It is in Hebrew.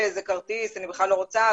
איזה כרטיס שהיא בכלל לא רוצה אותו.